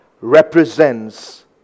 represents